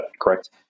correct